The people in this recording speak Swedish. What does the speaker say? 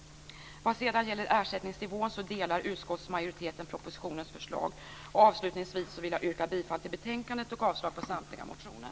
Vad sedan gäller ersättningsnivån delar utskottsmajoriteten propositionens förslag. Avslutningsvis vill jag yrka bifall till hemställan i betänkandet och avslag på samtliga motioner.